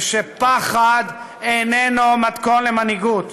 ופחד איננו מתכון למנהיגות.